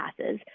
passes